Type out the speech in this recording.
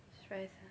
stressed ah